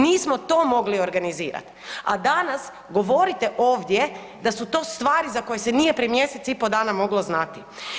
Nismo to mogli organizirati, a danas govorite ovdje da su to stvari za koje se prije mjesec i pol dana moglo znati.